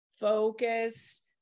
focus